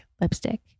lipstick